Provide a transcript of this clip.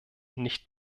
nicht